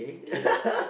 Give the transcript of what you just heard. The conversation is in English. okay